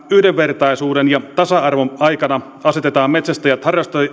yhdenvertaisuuden ja tasa arvon aikana asetetaan metsästäjät